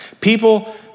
people